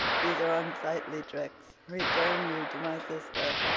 these are unsightly tricks return you to my sister.